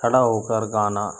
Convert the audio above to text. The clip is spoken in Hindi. खड़ा हो कर गाना